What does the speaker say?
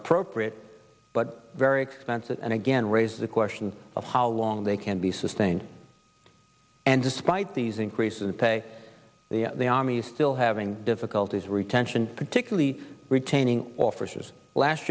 appropriate but very expensive and again raises the question of how long they can be sustained and despite these increase in the pay the army is still having difficulties retention particularly retaining officers last